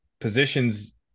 positions